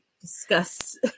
discuss